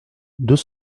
deux